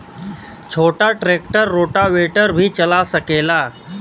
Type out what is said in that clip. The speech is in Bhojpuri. छोटा ट्रेक्टर रोटावेटर भी चला सकेला?